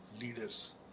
leaders